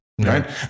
right